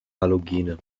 halogene